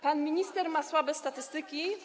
Pan minister ma słabe statystyki.